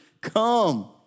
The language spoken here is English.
come